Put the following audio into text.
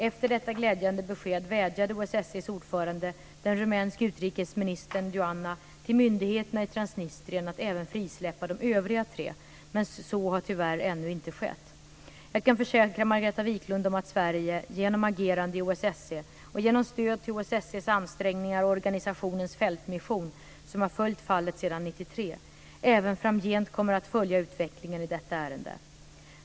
Efter detta glädjande besked vädjade OSSE:s ordförande, den rumänske utrikesministern Geoana, till myndigheterna i Transnistrien att även frisläppa de övriga tre, men så har tyvärr ännu inte skett. Jag kan försäkra Margareta Viklund om att Sverige, genom agerande i OSSE och genom stöd till OS SE:s ansträngningar och organisationens fältmission, som har följt fallet sedan 1993, även framgent kommer att följa utvecklingen i detta ärende.